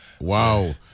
Wow